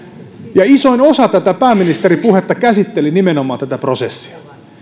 ja isoin osa tätä pääministerin puhetta käsitteli nimenomaan tätä prosessia